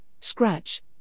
scratch